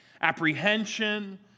apprehension